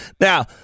Now